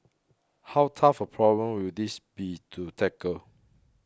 how tough a problem will this be to tackle